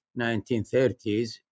1930s